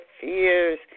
fears